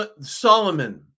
Solomon